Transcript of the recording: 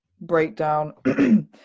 breakdown